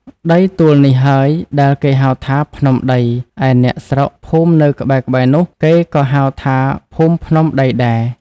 ដីទួលនេះហើយដែលគេហៅថាភ្នំដី ឯអ្នកស្រុកភូមិនៅក្បែរៗនោះ គេក៏ហៅថាភូមិភ្នំដីដែរ ។